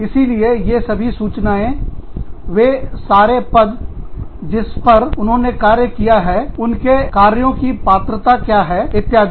इसीलिए ये सभी सूचनाएं वे सारे पद जिस पर उन्होंने कार्य किया उनके कार्यों की पात्रता क्या है इत्यादि